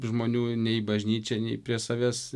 žmonių nei į bažnyčią nei prie savęs